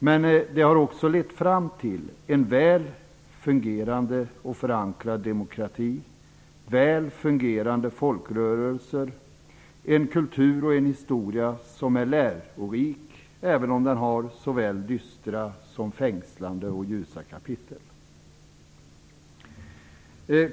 Men den har lett fram till en väl fungerande och väl förankrad demokrati och till en väl fungerande folkrörelser och kultur. Historien är lärorik, även om den har såväl dystra som fängslande och ljusa kapitel.